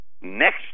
Next